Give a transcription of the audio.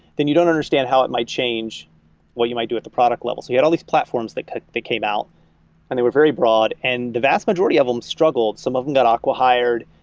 then you don't understand how it might change what you might do at the product level. you had all these platforms that came out and they were very broad. and the vast majority of them struggled. some of them got acqui-hired,